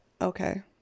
okay